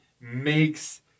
makes